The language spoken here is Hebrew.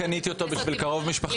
אם קניתי אותו בשביל קרוב משפחה.